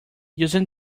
using